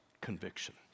conviction